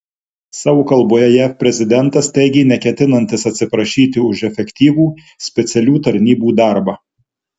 savo kalboje jav prezidentas teigė neketinantis atsiprašyti už efektyvų specialių tarnybų darbą